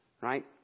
Right